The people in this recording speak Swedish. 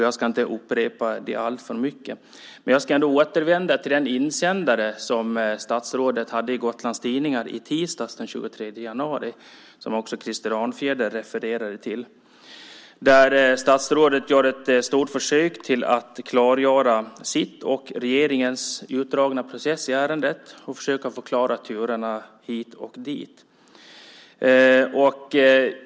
Jag ska inte upprepa detta alltför mycket, men jag ska ändå återvända till den insändare som statsrådet hade i Gotlands Tidningar i tisdags den 23 januari, som också Krister Örnfjäder refererade till. Statsrådet gör där ett försök att klargöra sin och regeringens utdragna process i ärendet och att förklara turerna hit och dit.